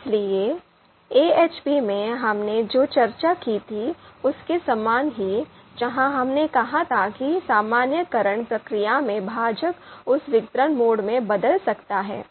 इसलिए AHP में हमने जो चर्चा की थी उसके समान ही जहां हमने कहा था कि सामान्यीकरण प्रक्रिया में भाजक उस वितरण मोड में बदल सकता है